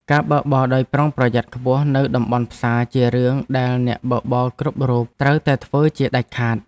ការបើកបរដោយប្រុងប្រយ័ត្នខ្ពស់នៅតំបន់ផ្សារជារឿងដែលអ្នកបើកបរគ្រប់រូបត្រូវតែធ្វើជាដាច់ខាត។